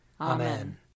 Amen